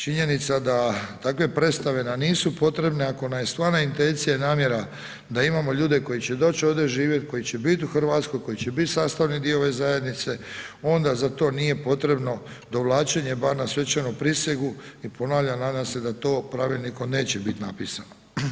Činjenica da takve predstave nam nisu potrebne ako nam je stvarna intencija i namjera da imamo ljude koji će doć ovdje živjet, koji će biti u Hrvatskoj, koji će bit sastavni dio ove zajednice, onda za to nije potrebni dovlačenje bar na svečanu prisegu i ponavljam, nadam se to pravilnikom neće biti napisano.